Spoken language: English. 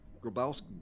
grabowski